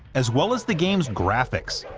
as well as the game's graphics,